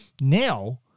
Now